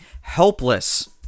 helpless